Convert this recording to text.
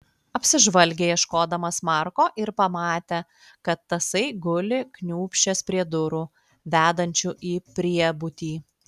apsižvalgė ieškodamas marko ir pamatė kad tasai guli kniūbsčias prie durų vedančių į priebutį